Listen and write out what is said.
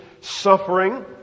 suffering